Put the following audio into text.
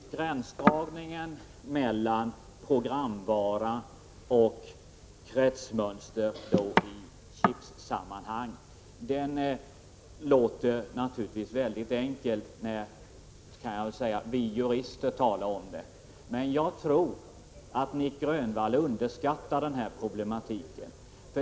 Herr talman! Gränsdragningen mellan programvara och kretsmönster i chipsammanhang låter naturligtvis väldigt enkel när vi jurister talar om den, men jag tror att Nic Grönvall underskattar den här problematiken.